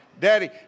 Daddy